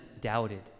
doubted